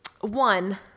One